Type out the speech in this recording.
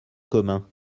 commun